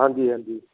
ਹਾਂਜੀ ਹਾਂਜੀ